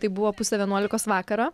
tai buvo pusę vienuolikos vakaro